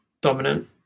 dominant